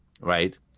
right